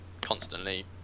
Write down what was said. constantly